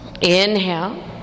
Inhale